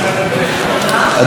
אדוני.